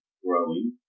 growing